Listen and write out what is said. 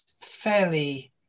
fairly